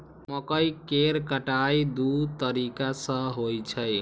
मकइ केर कटाइ दू तरीका सं होइ छै